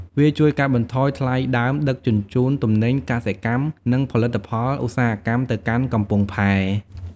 វាជួយកាត់បន្ថយថ្លៃដើមដឹកជញ្ជូនទំនិញកសិកម្មនិងផលិតផលឧស្សាហកម្មទៅកាន់កំពង់ផែ។